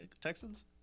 Texans